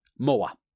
Moa